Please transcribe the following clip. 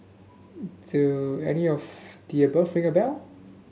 do any of the above ring a bell